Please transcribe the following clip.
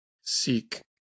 seek